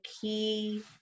key